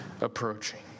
approaching